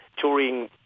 touring